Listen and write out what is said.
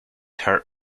hurt